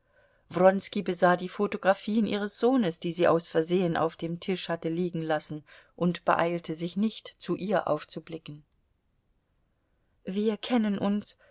besah die photographien ihres sohnes die sie aus versehen auf dem tisch hatte liegenlassen und beeilte sich nicht zu ihr aufzublicken wir kennen uns